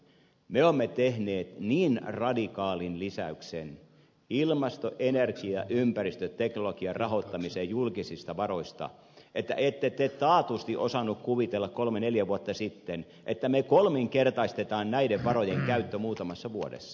me olemme tehneet niin radikaalin lisäyksen ilmasto energia ympäristöteknologian rahoittamiseen julkisista varoista että ette te taatusti osannut kuvitella kolme neljä vuotta sitten että me kolminkertaistamme näiden varojen käytön muutamassa vuodessa